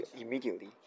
immediately